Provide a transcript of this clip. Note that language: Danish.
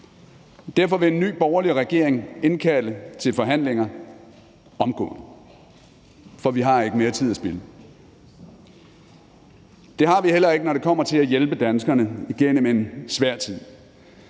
Derfor vil en ny borgerlig regering indkalde til forhandlinger omgående, for vi har ikke mere tid at spilde. Det har vi heller ikke, når det kommer til at hjælpe danskerne igennem en svær tid,